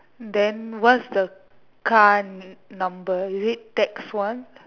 then what is the car number is it tax one